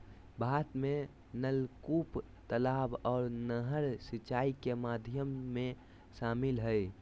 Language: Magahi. भारत में नलकूप, तलाब आर नहर सिंचाई के माध्यम में शामिल हय